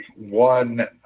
one